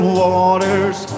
waters